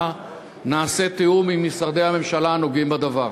שנעשה זאת בתיאום עם משרדי הממשלה הנוגעים בדבר.